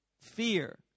fear